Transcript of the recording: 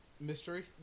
Mystery